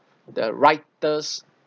the writers